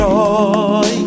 Joy